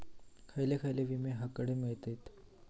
खयले खयले विमे हकडे मिळतीत?